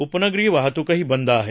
उपनगरी वाहतूकही बंद आहे